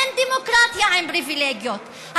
אין דמוקרטיה עם פריבילגיות.